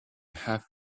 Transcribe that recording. have